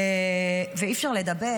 אי-אפשר לדבר